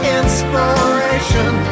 inspiration